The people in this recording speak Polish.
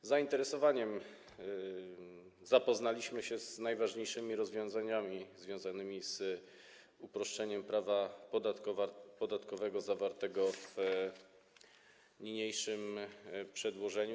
Z zainteresowaniem zapoznaliśmy się z najważniejszymi rozwiązaniami związanymi z uproszczeniem prawa podatkowego, zawartymi w niniejszym przedłożeniu.